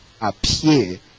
appear